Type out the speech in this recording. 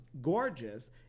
gorgeous